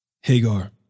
Hagar